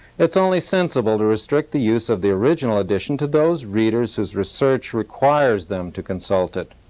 it's only sensible to restrict the use of the original edition to those readers whose research requires them to consult it.